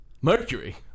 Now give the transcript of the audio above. Mercury